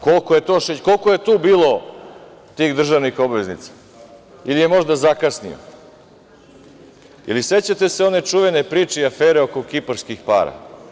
Koliko je tu bilo tih državnih obveznica, ili je možda zakasnio, ili sećate se one čuvene priče i afere oko kiparskih para.